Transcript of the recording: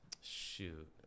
Shoot